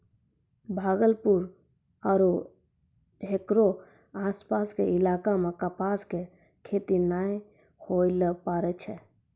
भागलपुर आरो हेकरो आसपास के इलाका मॅ कपास के खेती नाय होय ल पारै छै